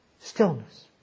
stillness